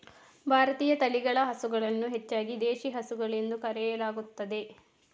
ಭಾರತೀಯ ತಳಿಗಳ ಹಸುಗಳನ್ನು ಹೆಚ್ಚಾಗಿ ದೇಶಿ ಹಸುಗಳು ಎಂದು ಕರೆಯಲಾಗುತ್ತದೆ